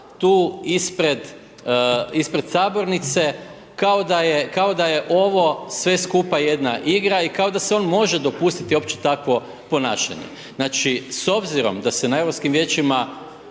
tu ispred sabornice kao da je ovo sve skupa jedna igra i kao da si on može dopustiti uopće takvo ponašanje. Znači s obzirom da se na europskim vijećima